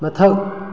ꯃꯊꯛ